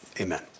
Amen